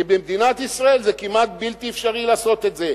כי במדינת ישראל זה כמעט בלתי אפשרי לעשות את זה,